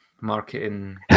Marketing